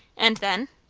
and then?